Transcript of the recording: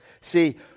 See